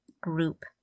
group